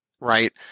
right